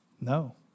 No